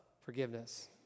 forgiveness